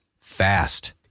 fast